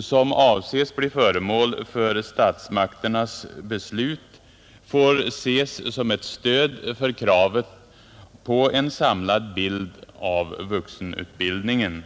som avses bli föremål för statsmakternas beslut får ses som ett stöd för kravet på en samlad bild av vuxenutbildningen.